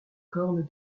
cornes